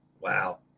Wow